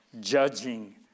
judging